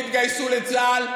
איך לא תתגייסו לצה"ל.